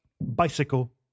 bicycle